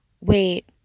wait